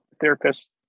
therapist